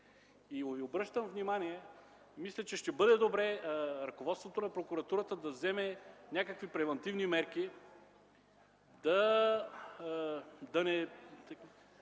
Обръщам ви внимание – мисля, че ще бъде добре ръководството на прокуратурата да вземе някакви превантивни мерки